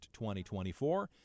2024